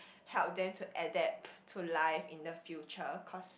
help them to adapt to life in the future cause